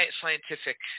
scientific